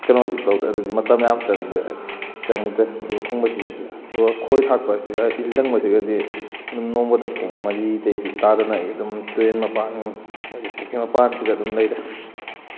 ꯀꯩꯅꯣꯗꯤ ꯇꯧꯗ꯭ꯔꯦ ꯑꯗꯨꯗꯤ ꯃꯇꯝ ꯌꯥꯝ ꯆꯪꯗ꯭ꯔꯦ ꯆꯪꯗ꯭ꯔꯦ ꯂꯨ ꯊꯨꯝꯕꯁꯤꯗꯗꯤ ꯑꯗꯨꯒ ꯈꯣꯏ ꯊꯥꯛꯄꯁꯤꯒ ꯏꯜ ꯂꯪꯕꯁꯤꯒꯗꯤ ꯑꯗꯨꯝ ꯅꯣꯡꯃꯗ ꯄꯨꯡ ꯃꯔꯤꯗꯩꯗꯤ ꯇꯥꯗꯅ ꯑꯩ ꯑꯗꯨꯝ ꯇꯨꯔꯦꯟ ꯃꯄꯥꯟ ꯑꯗꯨꯗꯩꯗꯤ ꯄꯨꯈ꯭ꯔꯤ ꯃꯄꯥꯟꯁꯤꯗ ꯑꯗꯨꯝ ꯂꯩꯔꯦ